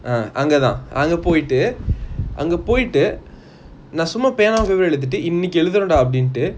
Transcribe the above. ah அங்க தான் அங்க போயிடு அங்க போயிடு நான் பெண்ணாவும்:anga thaan anga poitu anga poitu naan pennavum paper எடுத்துட்டு இன்னிக்கி யேழுதறோம்டா அப்பிடிண்டு:yeaduthutu iniki yeazhutharomda apidintu